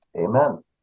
Amen